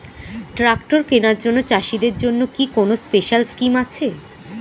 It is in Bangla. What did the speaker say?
ট্রাক্টর কেনার জন্য চাষিদের জন্য কি কোনো স্পেশাল স্কিম আছে?